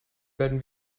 werden